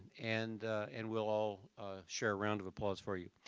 and and we'll all share a round of applause for you.